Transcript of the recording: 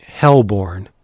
hellborn